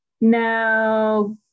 Now